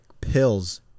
pills